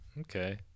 Okay